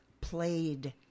played